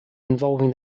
involving